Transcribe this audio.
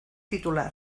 titular